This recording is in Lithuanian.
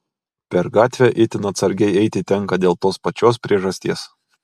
per gatvę itin atsargiai eiti tenka dėl tos pačios priežasties